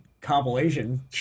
compilation